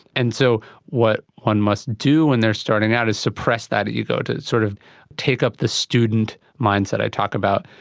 and so what one must do when they are starting out is suppressed that ego, to sort of take up the student mindset i talk about.